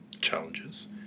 challenges